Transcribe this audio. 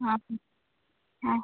yes yes